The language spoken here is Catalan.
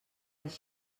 les